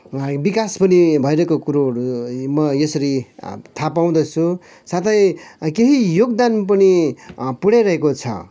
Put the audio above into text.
विकास पनि भइरहेको कुरोहरू म यसरी थाह पाउँदछु साथै केही योगदान पनि पुऱ्याइरहेको छ